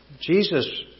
Jesus